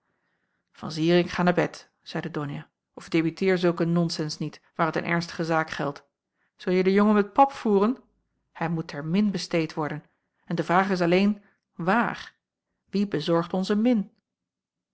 van zirik ga naar bed zeide donia of debiteer zulke nonsens niet waar t een ernstige zaak geldt zul jij den jongen met pap voeren hij moet ter min besteed worden en de vraag is alleen waar wie bezorgt ons een min